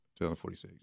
2046